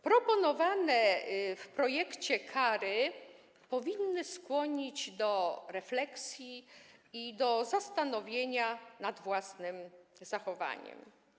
Proponowane w projekcie kary powinny skłonić do refleksji i do zastanowienia się nad własnym zachowaniem.